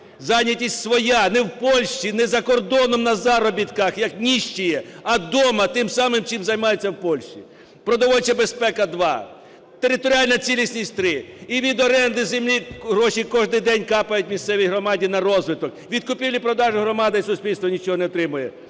Зайнятість своя, не в Польщі, не за кордоном на заробітках, як нищие, а вдома, тим самим, чим займаються в Польщі. Продовольча безпека – два, територіальна цілість – три. І від оренди землі гроші кожний день капають місцевій громаді на розвиток. Від купівлі-продажу громада і суспільство нічого не отримає.